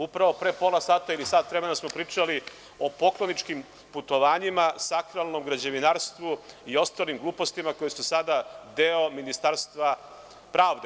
Upravo pre pola sata ili sat vremena smo pričali o pokloničkim putovanjima, sakralnom građevinarstvu i ostalim glupostima koje su sada deo Ministarstva pravde.